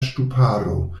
ŝtuparo